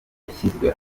yashyizwe